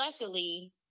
luckily